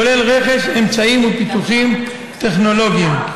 כולל רכש אמצעים ופיתוחים טכנולוגיים.